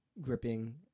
gripping